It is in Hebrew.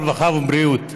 הרווחה והבריאות.